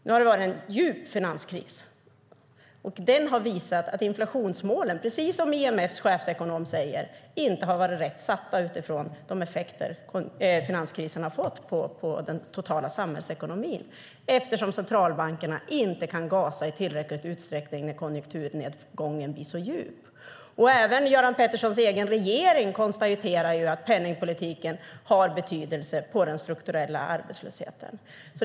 Nu har det varit en djup finanskris som visat att inflationsmålen, som IMF:s chefsekonom säger, inte varit rätt satta med tanke på de effekter finanskrisen fått på den totala samhällsekonomin, eftersom centralbankerna inte kan gasa i tillräcklig utsträckning när konjunkturnedgången blir så djup. Även Göran Petterssons egen regering konstaterar att penningpolitiken har betydelse för den strukturella arbetslösheten.